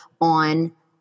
on